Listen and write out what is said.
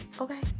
Okay